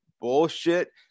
bullshit